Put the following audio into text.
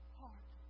heart